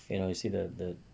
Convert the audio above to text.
you know I see that the